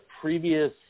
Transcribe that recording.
previous